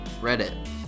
Reddit